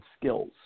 skills